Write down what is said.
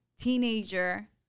teenager